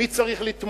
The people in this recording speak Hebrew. מי צריך לתמוך,